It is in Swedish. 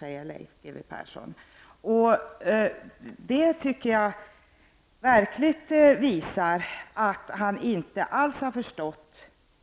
Detta uttalande tycker jag verkligen visar att Leif G W Persson inte alls har förstått